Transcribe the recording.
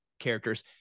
characters